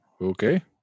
Okay